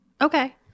okay